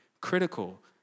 critical